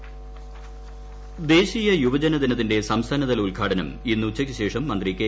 ശൈലജ ദേശീയ യുവജന ദിനത്തിന്റെ സംസ്ഥാനതല ഉദ്ഘാടനം ഇന്ന് ഉച്ചയ്ക്കു ശേഷം മന്ത്രി കെ